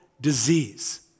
disease